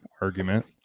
argument